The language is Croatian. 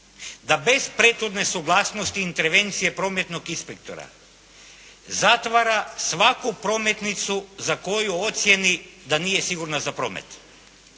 da bez prethodne suglasnosti i intervencije prometnog inspektora zatvara svaku prometnicu za koju ocijeni da nije sigurna za promet.